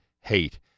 hate